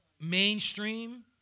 mainstream